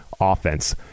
offense